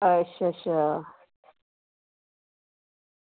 अच्छा अच्छा